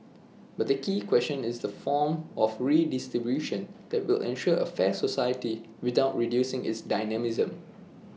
but the key question is the form of redistribution that will ensure A fair society without reducing its dynamism